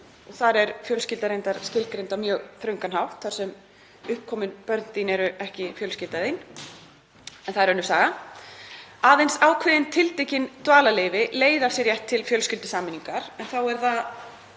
Þar er fjölskylda reyndar skilgreind á mjög þröngan hátt þar sem uppkomin börn þín eru ekki fjölskylda þín, en það er önnur saga. Aðeins tiltekin dvalarleyfi leiða af sér rétt til fjölskyldusameiningar en þá er það